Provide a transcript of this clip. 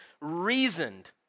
reasoned